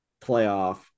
playoff